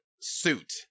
suit